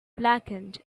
blackened